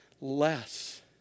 less